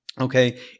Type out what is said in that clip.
Okay